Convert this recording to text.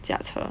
驾车